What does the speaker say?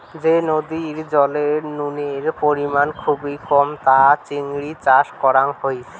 যে নদীর জলে নুনের পরিমাণ খুবই কম তাতে চিংড়ি চাষ করাং হই